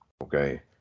okay